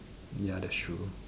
ya that's true